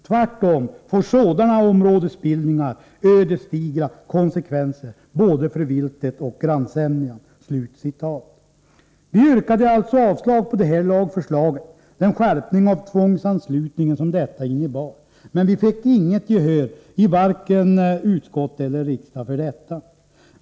Tvärtom får sådana områdesbildningar ödesdigra konsekvenser både för viltet och grannsämjan.” Vi yrkade avslag på det här lagförslaget, på den skärpning av tvångsanslutningen som detta innebar, men vi fick inget gehör för detta i vare sig utskott eller riksdag.